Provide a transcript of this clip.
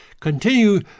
continue